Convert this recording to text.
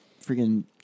freaking